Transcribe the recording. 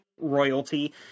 royalty